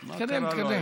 תתקדם.